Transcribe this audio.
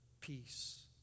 peace